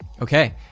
Okay